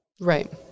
Right